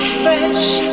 fresh